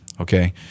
Okay